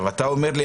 אתה אומר לי,